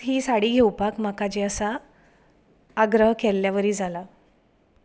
ही साडी म्हाका घेवपाक जे आसा आग्रह केल्ल्यावरी जाला